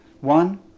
One